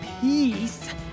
peace